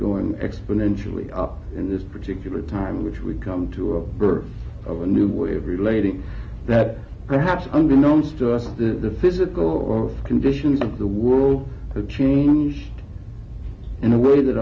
going exponentially up in this particular time in which we come to a birth of a new way of relating that perhaps unbeknown to stir the physical or conditions of the world had changed in a way that